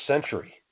century